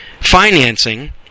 financing